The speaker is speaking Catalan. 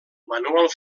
manuel